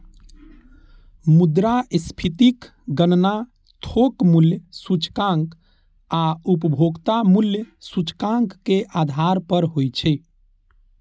मुद्रास्फीतिक गणना थोक मूल्य सूचकांक आ उपभोक्ता मूल्य सूचकांक के आधार पर होइ छै